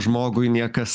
žmogui niekas